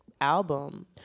album